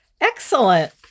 Excellent